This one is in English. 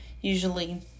usually